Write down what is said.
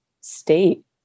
state